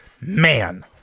man